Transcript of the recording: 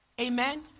Amen